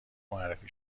معرفی